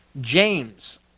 James